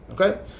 Okay